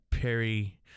Perry